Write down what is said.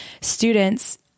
students